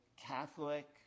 Catholic